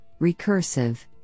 recursive